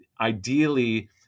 ideally